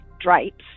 drapes